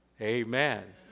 Amen